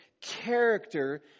character